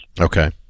Okay